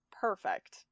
perfect